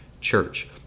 Church